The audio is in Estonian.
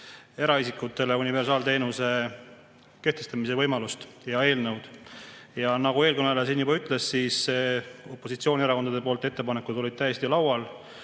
eraisikutele universaalteenuse kehtestamise võimalust ja eelnõu. Nagu eelkõneleja juba ütles, opositsioonierakondade ettepanekud olid täiesti laual,